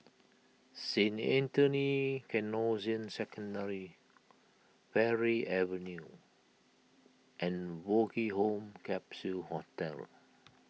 Saint Anthony's Canossian Secondary Parry Avenue and Woke Home Capsule Hostel